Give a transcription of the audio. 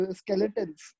skeletons